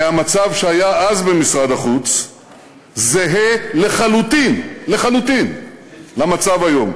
כי המצב שהיה אז במשרד החוץ זהה לחלוטין למצב היום.